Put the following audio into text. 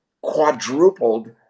quadrupled